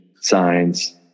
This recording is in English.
signs